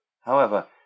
However